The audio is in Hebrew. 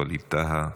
חבר הכנסת ווליד טאהא,